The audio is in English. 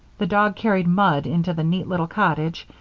the dog carried mud into the neat little cottage,